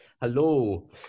Hello